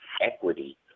equity